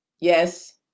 Yes